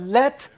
let